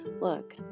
look